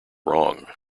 wrong